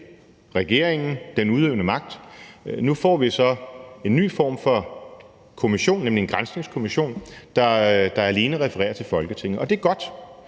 regeringen, altså til den udøvende magt. Nu får vi så en ny form for kommission, nemlig en granskningskommission, der alene refererer til Folketinget, og det er godt.